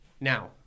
Now